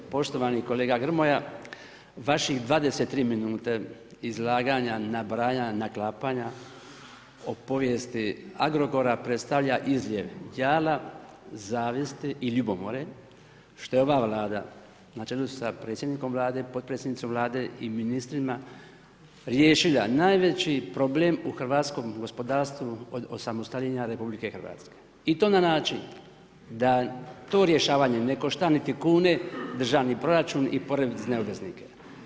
Poštovani kolega Grmoja, vaših 23 minute izlaganja, nabrajanja, naklapanja, o povijesti Agrokora, predstavlja izljev jala, zavisti i ljubomore, što je ova Vlada na čelu s predsjednikom Vlade, potpredsjednicom Vlade i ministrima, riješila najveći problem u hrvatskom gospodarstvu od osamostaljenja RH i to na način da to rješavanje ne košta niti kune državni proračun i porezne obveznike.